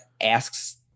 asks